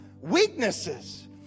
weaknesses